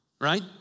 right